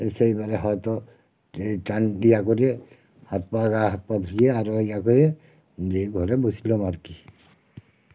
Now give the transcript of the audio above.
এসেই এবারে হয়তো এই চান ইয়া করে হাত পা গা হাত পা ধুয়ে আরো ইয়া করে দিয়ে ঘরে বইসলাম আর কি